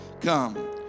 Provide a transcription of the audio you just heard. Come